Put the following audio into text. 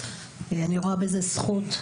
אני רואה בזה זכות,